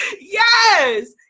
yes